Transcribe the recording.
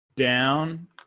Down